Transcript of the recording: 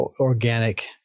organic